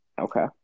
Okay